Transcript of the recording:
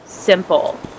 Simple